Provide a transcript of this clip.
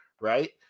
Right